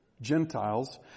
Gentiles